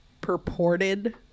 purported